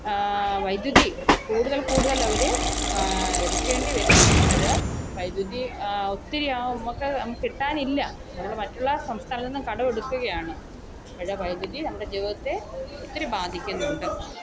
വൈദ്യുതി കൂടുതൽ കൂടുതലവർ എടുക്കേണ്ടി വരുന്നു അപ്പോൾ വൈദ്യുതി ഒത്തിരിയാകുമ്പോഴൊക്കെ അങ്ങ് കിട്ടാനില്ല നമ്മൾ മറ്റുളള സംസ്ഥാനത്ത് നിന്നും കടമെടുക്കുകയാണ് അപ്പോൾ വൈദ്യുതി നമ്മുടെ ജീവിതത്തെ ഒത്തിരി ബാധിക്കുന്നുണ്ട്